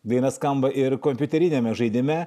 daina skamba ir kompiuteriniame žaidime